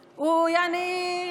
ויעני,